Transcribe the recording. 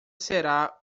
será